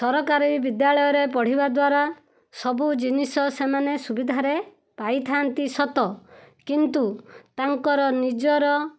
ସରକାରୀ ବିଦ୍ୟାଳୟରେ ପଢ଼ିବାଦ୍ୱାରା ସବୁ ଜିନିଷ ସେମାନେ ସୁବିଧାରେ ପାଇଥାନ୍ତି ସତ କିନ୍ତୁ ତାଙ୍କର ନିଜର